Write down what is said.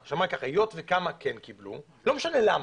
היות שכמה כן קיבלו - לא משנה למה.